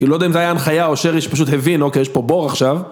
אני לא יודע אם זה היה הנחיה או שריש, פשוט הבין, אוקיי, יש פה בור עכשיו.